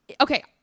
Okay